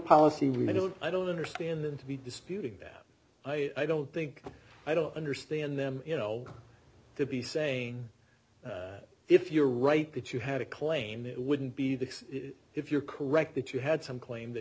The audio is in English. policy we don't i don't understand them to be disputed that i don't think i don't understand them you know to be saying that if you're right that you had a claim it wouldn't be the case if you're correct that you had some claim that